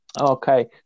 Okay